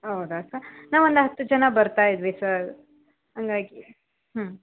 ಹೌದಾ ಸರ್ ನಾವು ಒಂದು ಹತ್ತು ಜನ ಬರ್ತಾಯಿದ್ವಿ ಸರ್ ಹಂಗಾಗಿ ಹ್ಞೂ